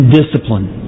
discipline